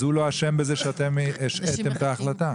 אז הוא לא אשם בזה שאתם השעיתם את ההחלטה.